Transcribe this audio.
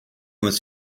was